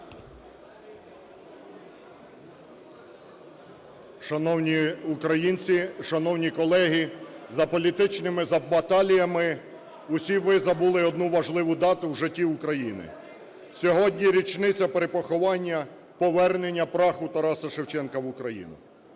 Шановні українці, шановні колеги, за політичним баталіями всі ви забули одну важливу дату в житті України: сьогодні річниця перепоховання, повернення праху Тараса Шевченка в Україну.